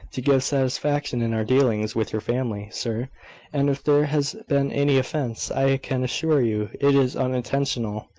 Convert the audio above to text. to give satisfaction in our dealings with your family, sir and if there has been any offence, i can assure you it is unintentional,